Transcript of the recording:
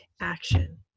action